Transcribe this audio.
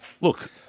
Look